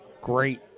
great